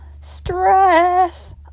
stress